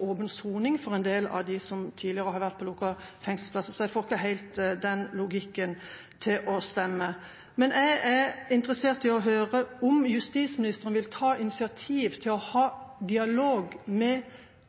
åpen soning for en del av dem som tidligere har vært på lukkede fengselsplasser. Jeg får ikke den logikken til å stemme helt. Men jeg er interessert i å høre om justisministeren vil ta initiativ til å ha dialog med